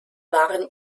waren